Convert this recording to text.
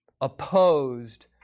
opposed